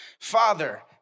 Father